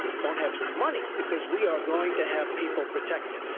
don't have money because we are going to have people protected.